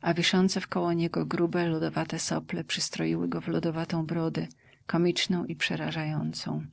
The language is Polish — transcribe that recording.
a wiszące wkoło niego grube lodowate sople przystroiły go w lodowatą brodę komiczną i przerażającą